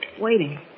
waiting